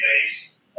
base